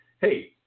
hey